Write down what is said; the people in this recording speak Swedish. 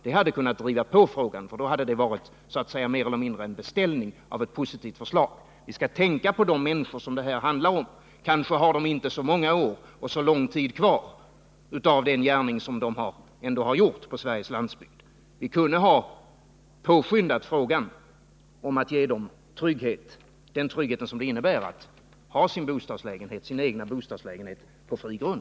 Det hade kunnat driva på frågan, och då hade det varit mer eller mindre en beställning av ett positivt förslag. Vi skall tänka på de människor som det här handlar om. De har kanske inte så många år och så lång tid kvar av den gärning som de har gjort och gör på Sveriges landsbygd. Vi kunde ha påskyndat frågan om att ge dem den trygghet det innebär att ha sina bostadslägenheter på fri grund.